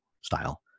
style